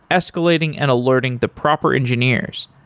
escalating and alerting the proper engineers,